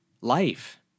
life